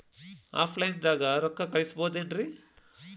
Offline ದಾಗ ರೊಕ್ಕ ಕಳಸಬಹುದೇನ್ರಿ?